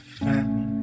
found